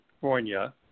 California